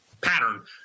pattern